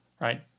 right